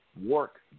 work